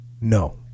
No